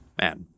Man